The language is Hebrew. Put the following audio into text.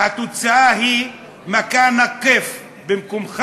והתוצאה היא (אומר בערבית ומתרגם:) במקומך